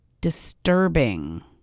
disturbing